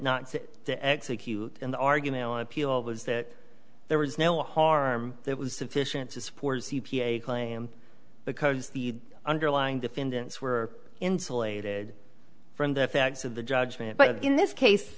not to execute an argument on appeal was that there was no harm that was sufficient to support a claim because the underlying defendants were insulated from the effects of the judgment but in this case